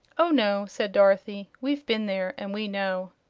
oh, no, said dorothy, we've been there, and we know.